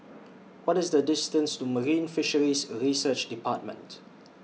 What IS The distance to Marine Fisheries Research department